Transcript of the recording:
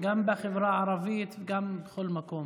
גם בחברה הערבית וגם בכל מקום.